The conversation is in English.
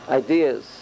ideas